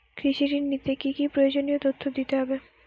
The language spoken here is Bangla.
কৃষি ঋণ নিতে কি কি প্রয়োজনীয় তথ্য দিতে হবে?